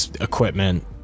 equipment